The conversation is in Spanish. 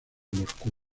moscú